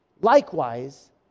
Likewise